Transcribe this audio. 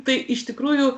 tai iš tikrųjų